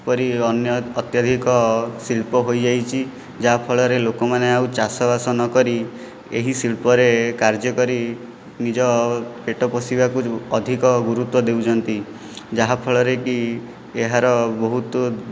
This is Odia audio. ପରି ଅନ୍ୟ ଅତ୍ୟଧିକ ଶିଳ୍ପ ହୋଇଯାଇଛି ଯାହା ଫଳରେ ଲୋକମାନେ ଆଉ ଚାଷବାସ ନ କରି ଏହି ଶିଳ୍ପରେ କାର୍ଯ୍ୟ କରି ନିଜ ପେଟ ପୋଷିବାକୁ ଅଧିକ ଗୁରୁତ୍ଵ ଦେଉଛନ୍ତି ଯାହା ଫଳେରେ କି ଏହାର ବହୁତ